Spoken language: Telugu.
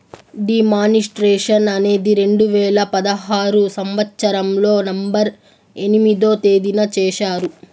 డీ మానిస్ట్రేషన్ అనేది రెండు వేల పదహారు సంవచ్చరంలో నవంబర్ ఎనిమిదో తేదీన చేశారు